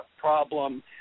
problem